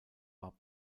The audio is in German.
war